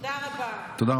תודה רבה.